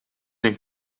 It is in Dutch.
een